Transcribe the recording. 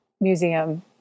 museum